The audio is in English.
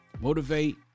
motivate